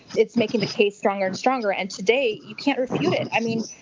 it's making the case stronger and stronger. and today you can't refute it. i mean,